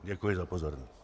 Děkuji za pozornost.